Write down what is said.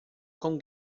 com